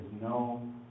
no